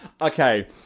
Okay